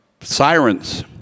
sirens